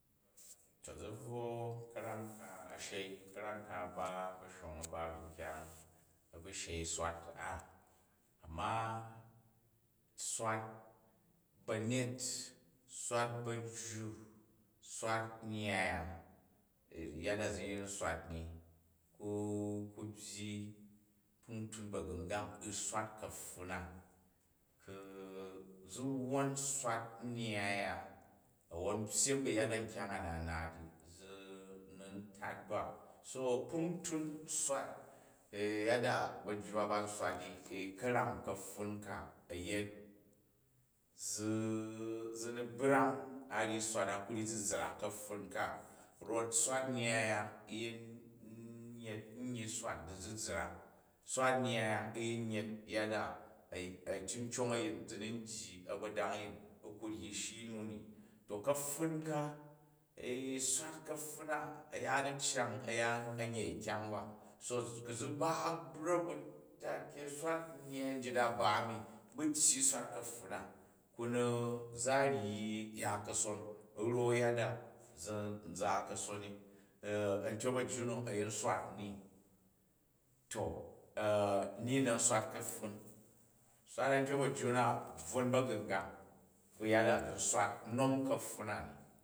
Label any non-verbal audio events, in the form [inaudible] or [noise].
To zi bvwo ka̱ram kaa̱shei, karam ka a̱ ba bashong a̱ ba bu nkyang abu shei swat a. Amma swat banyet, swat bajju, swat nnyya ya ya da zi yin swat ni, ku byyi kpintin ba̱gu̱ngang u swat kapfun na. Ku̱ zi wwon swat nnyyai ya, a̱wwo u pyem bu yada nkyang a na n naat ni, zi ni n tat ba so kpantun swat yada bajju ba, ba n swat ni u ka̱ram ka̱pfun ka, a̱ yet zi ni brang, a nji swat a kuryi zizrak ka̱pfun ka. Kot swat nnyyai a yin yet nyyi swat bazizrak. Swat nnyyai a yin yet ya da cicong a̱ying zi ni n dyi a̱gbodang a̱yin u ku ryi shi nu ni. To kaptun ka [hesitation] swat kapfun na a̱yaan a̱ cyang a̱yaan a̱n yei kyang ba. So ku̱ zi bra̱k bu tukai swat nnyyai nji a ba mi, u bu tyyi u swat ka̱pfun na, ku ni za ryi ya kason rau ya da zi n za ka̱son ni. [hesitation] Antyok bajju na a yin swat ni? To [hesitation] ni na̱ n swat ka̱pfun? Swat antyok bajju na bvwon ba̱gu̱ngan bu ya da zi n swat u nom kapfun na ni.